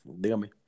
Dígame